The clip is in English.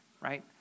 right